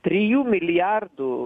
trijų milijardų